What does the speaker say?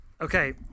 Okay